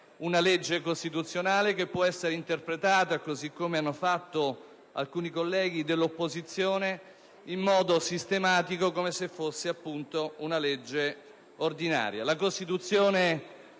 una legge costituzionale che può essere interpretata - come hanno fatto alcuni colleghi dell'opposizione - in modo sistematico come se fosse, appunto, una legge ordinaria.